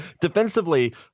defensively